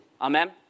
Amen